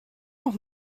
noch